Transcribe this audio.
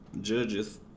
judges